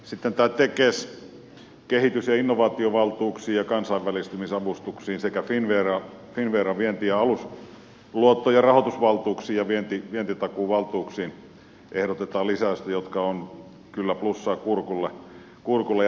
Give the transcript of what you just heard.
sitten tekesin kehitys ja innovaatiovaltuuksiin ja kansainvälistymisavustuksiin sekä finnveran vienti ja alusluottojen rahoitusvaltuuksiin ja vientitakuuvaltuuksiin ehdotetaan lisäystä jotka ovat kyllä plussaa kurkulle